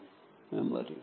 రెండవ రకం memory EPC memory